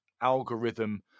algorithm